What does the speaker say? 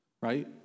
right